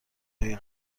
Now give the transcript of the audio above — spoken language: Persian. هایی